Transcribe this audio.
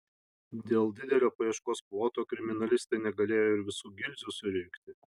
dėl didelio paieškos ploto kriminalistai negalėjo ir visų gilzių surinkti